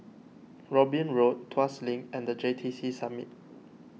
Robin Road Tuas Link and the J T C Summit